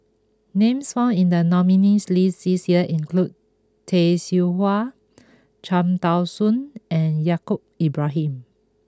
names found in the nominees' list this year include Tay Seow Huah Cham Tao Soon and Yaacob Ibrahim